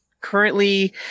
currently